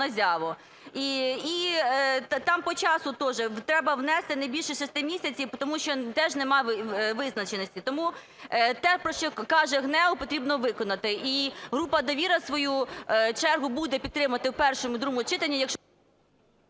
І там по часу теж треба внести не більше шести місяців, тому що теж немає визначеності. Тому те, про що каже ГНЕУ, потрібно виконати. І група "Довіра" в свою чергу буде підтримувати в першому і другому читанні...